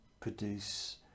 produce